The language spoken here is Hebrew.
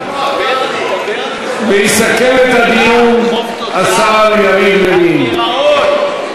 ויסכם את הדיון השר יריב לוין.